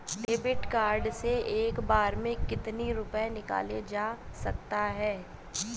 David card से एक बार में कितनी रूपए निकाले जा सकता है?